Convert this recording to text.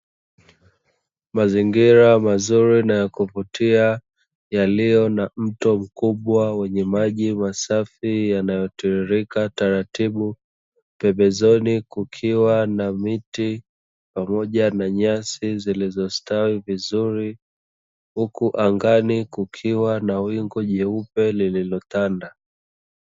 Mazingira mazuri na ya kuvutia, yaliyo na mto mkubwa wenye maji masafi yanayotiririka taratibu, pembezoni kukiwa na miti pamoja na nyasi zilizostawi vizuri, huku angani kukiwa na wingu jeupe lililotanda.